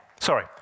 Sorry